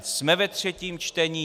Jsme ve třetím čtení?